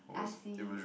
I see